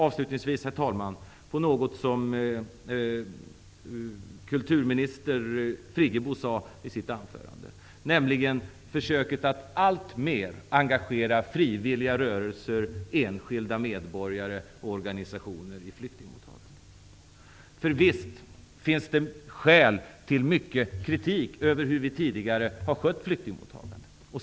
Avslutningsvis vill jag ta fasta på något som kulturminister Friggebo sade i sitt anförande, nämligen försöket att alltmer engagera frivilliga rörelser, enskilda medborgare och organisationer i flyktingmottagandet. Visst finns det skäl till mycket kritik över hur vi tidigare har skött flyktingmottagandet.